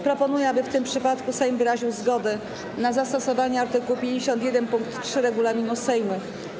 Proponuję, aby w tym przypadku Sejm wyraził zgodę na zastosowanie art. 51 pkt 3 regulaminu Sejmu.